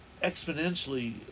exponentially